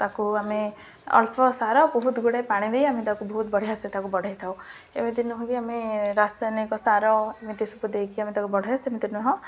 ତାକୁ ଆମେ ଅଳ୍ପ ସାର ବହୁତଗୁଡ଼େ ପାଣି ଦେଇ ଆମେ ତାକୁ ବହୁତ ବଢ଼ିଆସେ ତାକୁ ବଢ଼େଇଥାଉ ଏମିତି ନୁହଁକି ଆମେ ରାସାୟନିକ ସାର ଏମିତି ସବୁ ଦେଇକି ଆମେ ତାକୁ ବଢ଼େ ସେମିତି ନୁହଁ